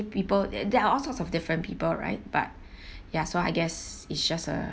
people there are all sorts of different people right but ya so I guess it's just a